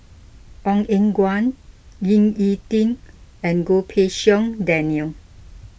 Ong Eng Guan Ying E Ding and Goh Pei Siong Daniel